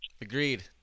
Agreed